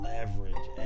Leverage